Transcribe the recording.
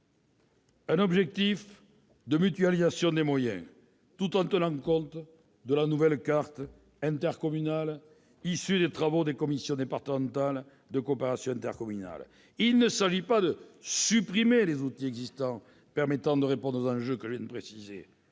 un objectif de mutualisation des moyens, tout en tenant compte de la nouvelle carte intercommunale issue des travaux des commissions départementales de coopération intercommunale. Il ne s'agit pas de supprimer les outils existants permettant de répondre aux enjeux que je viens de préciser.